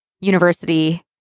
university